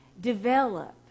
develop